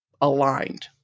aligned